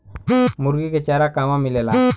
मुर्गी के चारा कहवा मिलेला?